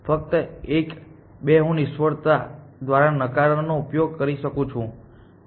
ફક્ત એક બે હું નિષ્ફળતા દ્વારા નકારનો ઉપયોગ કરી શકું છું ના